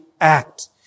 act